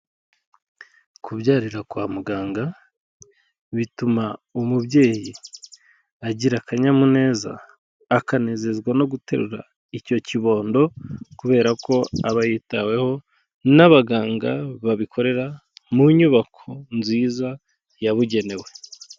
Kubyarira kwa muganga bituma umubyeyi agira akanyamuneza, akanezezwa no guterura icyo kibondo kubera ko aba yitaweho n'abaganga babikorera mu nyubako nziza yabugenewe.